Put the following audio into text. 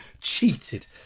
cheated